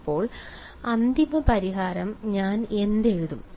അപ്പോൾ അന്തിമ പരിഹാരം ഞാൻ എന്ത് എഴുതും